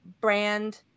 brand